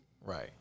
right